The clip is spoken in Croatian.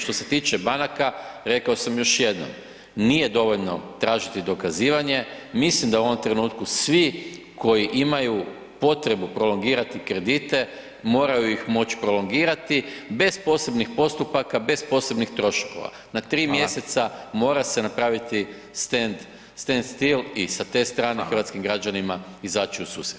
Što se tiče banaka rekao sam još jednom, nije dovoljno tražiti dokazivanje, mislim da u ovom trenutku svi koji imaju potrebu prolongirati kredite moraju ih moći prolongirati bez posebnih postupaka, bez posebnih troškova, na 3 mjeseca mora se napraviti stand still i sa te strane hrvatskim građanima izaći u susret.